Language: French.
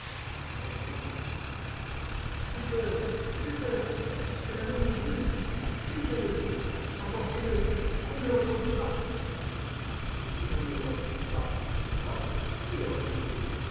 elle sanglotait j'ai peur j'ai peur cet anneau me brûle brisez le emportez le qu'on ne le retrouve pas et si l'on ne le retrouve pas à votre doigt qui l'aurait brisé